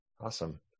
Awesome